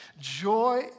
Joy